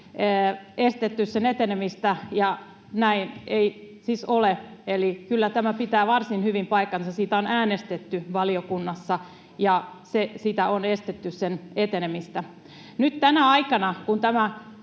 estetty, ja näin ei siis ole. Eli kyllä tämä pitää varsin hyvin paikkansa. Siitä on äänestetty valiokunnassa ja sen etenemistä on estetty. Nyt tänä aikana, kun tämä